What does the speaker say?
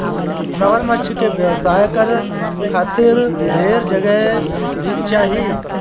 मगरमच्छ के व्यवसाय करे खातिर ढेर जगह भी चाही